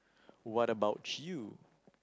what about you